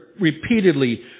repeatedly